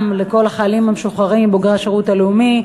לכל החיילים המשוחררים ובוגרי השירות הלאומי,